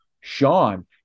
Sean